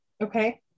okay